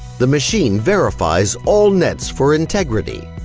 the machine verifies all nets for integrity,